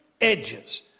edges